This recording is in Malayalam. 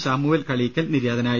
ശാമുവേൽ കളീക്കൽ നിര്യാതനായി